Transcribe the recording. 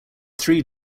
three